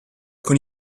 con